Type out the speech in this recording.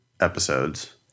episodes